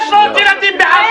אתם רצחתם 500 ילדים בעזה.